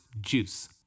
Juice